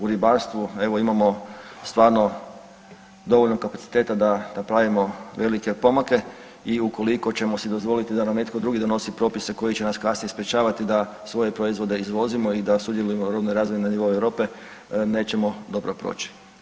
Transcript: U ribarstvu, evo, imamo stvarno dovoljno kapaciteta da napravimo velike pomake i ukoliko ćemo si dozvoliti da nam netko drugi donosi propise koji će nas kasnije sprječavati da svoje proizvode izvozimo i da sudjelujemo u robnoj razmjeni ... Europe, nećemo dobro proći.